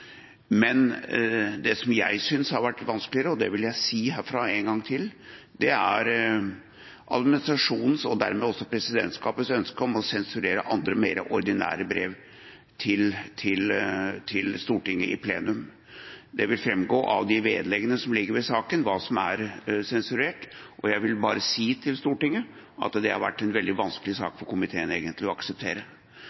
Men det som jeg synes har vært vanskeligere – og det vil jeg si herfra en gang til – er administrasjonens og dermed også presidentskapets ønske om å sensurere andre, mer ordinære brev til Stortinget i plenum. Det vil framgå av vedleggene til saken hva som er sensurert, og jeg vil si til Stortinget at det har vært en veldig vanskelig sak